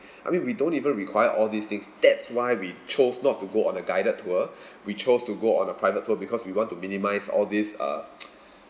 I mean we don't even require all these things that's why we chose not to go on a guided tour we chose to go on a private tour because we want to minimise all these uh